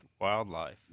wildlife